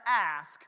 ask